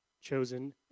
chosen